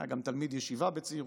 היה גם תלמיד ישיבה בצעירותו,